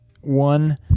One